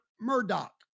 Murdoch